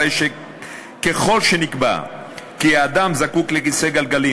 הרי ככל שנקבע כי האדם זקוק לכיסא גלגלים,